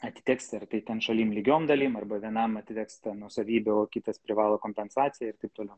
atiteks ar tai ten šalin lygiom dalim arba vienam atiteks ta nuosavybė o kitas privalo kompensaciją ir taip toliau